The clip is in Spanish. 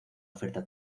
oferta